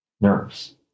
nerves